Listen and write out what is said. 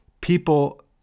people